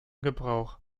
gebrauch